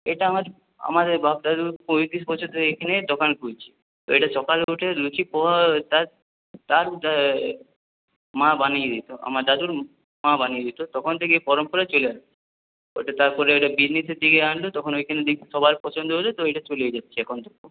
এটা আমার আমাদের বাপ দাদার পঁয়তিরিশ বছর ধরে এখানে দোকান করছি তো এটা সকালে হচ্ছে লুচি পোহা তার মা বানিয়ে দিত আমার দাদুর মা বানিয়ে দিত তখন থেকে এই পরম্পরা চলে আসছে ওটা তারপরে বিসনেসের দিকে আনল তখন ওইখানে সবার পছন্দ হল তো এইটা চলেই যাচ্ছে এখনো পর্যন্ত